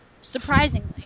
Surprisingly